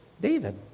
david